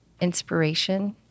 inspiration